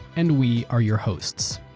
and we are your hosts.